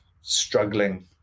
struggling